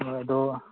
ꯍꯣꯏ ꯑꯗꯨ